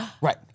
Right